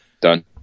done